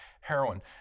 heroin